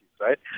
right